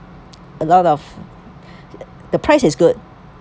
a lot of the price is good ya